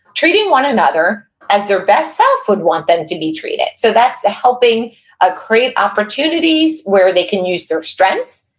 treating one another as their best self would want them to be treated. so that's helping ah create opportunities where they can use their strengths,